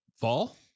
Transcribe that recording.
Fall